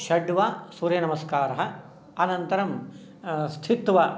षड् वा सूर्यनमस्कारः अनन्तरं स्थित्वा